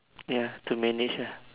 ya to manage ah